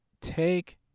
take